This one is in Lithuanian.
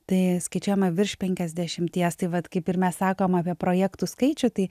tai skaičiuojama virš penkiasdešimties tai vat kaip ir mes sakom apie projektų skaičių tai